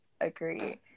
agree